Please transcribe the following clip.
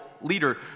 leader